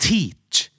Teach